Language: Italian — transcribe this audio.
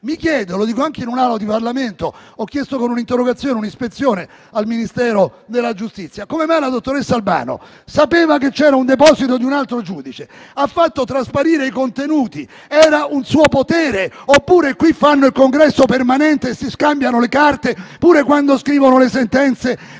Mi chiedo, e lo dico anche in un'Aula di Parlamento - ho chiesto con un'interrogazione un'ispezione al Ministero della giustizia - come mai la dottoressa Albano sapeva che c'era un deposito di un altro giudice e ha fatto trasparire i contenuti? Era un suo potere? Oppure qui fanno il congresso permanente e si scambiano le carte pure quando scrivono le sentenze